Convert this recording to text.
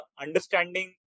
understanding